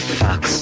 fox